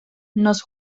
nos